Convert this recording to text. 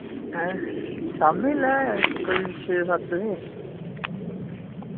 हैं शाम्मी लै कोई छे सत्त बजे